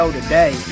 today